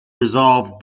resolved